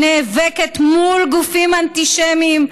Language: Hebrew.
הנאבקת מול גופים אנטישמיים,